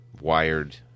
wired